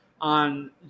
on